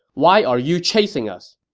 why are you chasing us?